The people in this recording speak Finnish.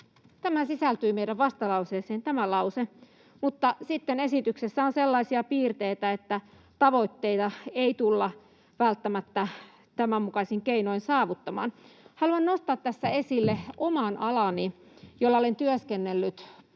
Tämä lause sisältyy meidän vastalauseeseemme, mutta sitten esityksessä on sellaisia piirteitä, että tavoitteita ei tulla välttämättä tämän mukaisin keinoin saavuttamaan. Haluan nostaa tässä esille oman alani, jolla olen työskennellyt